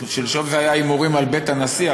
שלשום זה היה הימורים על בית הנשיא,